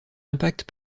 impact